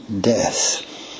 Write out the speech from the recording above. death